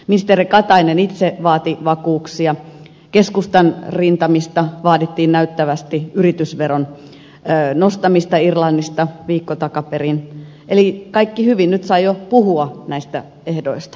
ministeri katainen itse vaati vakuuksia keskustan rintamasta vaadittiin näyttävästi yritysveron nostamista irlannissa viikko takaperin eli kaikki hyvin nyt sai jo puhua näistä ehdoista